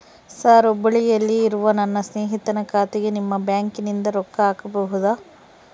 Sir ಹುಬ್ಬಳ್ಳಿಯಲ್ಲಿ ಇರುವ ನನ್ನ ಸ್ನೇಹಿತನ ಖಾತೆಗೆ ನಿಮ್ಮ ಬ್ಯಾಂಕಿನಿಂದ ರೊಕ್ಕ ಹಾಕಬಹುದಾ?